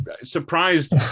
surprised